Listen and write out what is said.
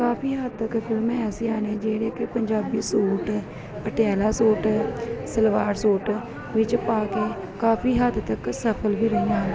ਕਾਫ਼ੀ ਹੱਦ ਤੱਕ ਫਿਲਮਾਂ ਐਸੀਆਂ ਨੇ ਜਿਹੜੇ ਕਿ Punjabi suit Patiala suit salwar suit ਵਿੱਚ ਪਾ ਕੇ ਕਾਫ਼ੀ ਹੱਦ ਤੱਕ ਸਫ਼ਲ ਵੀ ਰਹੀਆਂ ਹਨ